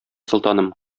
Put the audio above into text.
солтаным